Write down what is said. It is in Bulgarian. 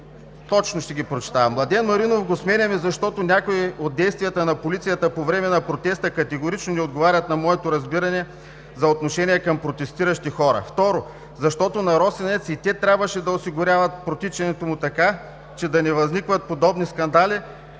Точно ще ги прочета: „Младен Маринов го сменяме, защото някои от действията на полицията по време на протеста категорично не отговарят на моето разбиране за отношение към протестиращи хора. Второ, защото на „Росенец“ и те трябваше да осигуряват протичането му, така че да не възникват подобни скандали